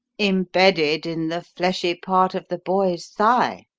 embedded in the fleshy part of the boy's thigh,